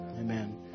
Amen